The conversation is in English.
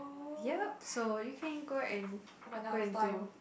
yep so you can go and go and do